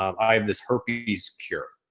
i have this herpes cure.